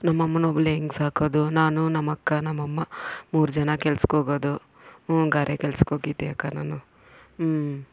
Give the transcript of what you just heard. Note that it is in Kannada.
ನಮ್ಮಮ್ಮನೊಬ್ಬಳನ್ನೇ ಹೆಂಗೆ ಸಾಕೋದು ನಾನು ನಮ್ಮಕ್ಕ ನಮ್ಮಮ್ಮ ಮೂರು ಜನ ಕೆಲ್ಸಕ್ಕೋಗೋದು ಹ್ಞೂ ಗಾರೆ ಕೆಲಸಕ್ಕೋಗಿದ್ದೆ ಅಕ್ಕ ನಾನು ಹ್ಞೂ